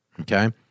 Okay